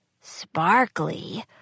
Sparkly